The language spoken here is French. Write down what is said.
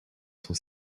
son